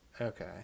okay